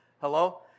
Hello